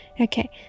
Okay